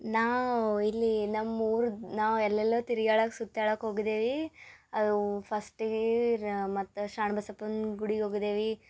ನಾವು ಇಲ್ಲಿ ನಮ್ಮ ಊರು ನಾವು ಎಲ್ಲೆಲ್ಲೋ ತಿರ್ಗ್ಯಾಡಕ್ಕೆ ಸುತ್ತಾಡಕ್ಕೆ ಹೋಗಿದೇವೆ ಅದು ಫಸ್ಟಿಗೆ ಮತ್ತು ಶರ್ಣ ಬಸಪ್ಪನ ಗುಡಿಗೆ ಹೋಗಿದೇವಿ